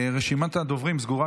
רשימת הדוברים סגורה,